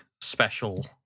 special